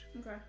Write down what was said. Okay